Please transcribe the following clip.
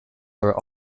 for